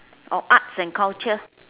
or arts and culture